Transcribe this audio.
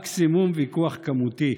מקסימום ויכוח כמותי.